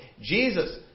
Jesus